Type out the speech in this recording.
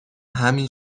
همین